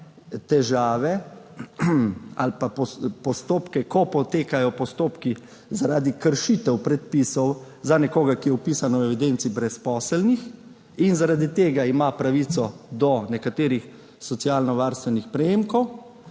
težave ali pa postopke, ko potekajo postopki zaradi kršitev predpisov za nekoga, ki je vpisan v evidenco brezposelnih in ima zaradi tega pravico do nekaterih socialnovarstvenih prejemkov.